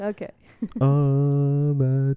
Okay